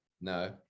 no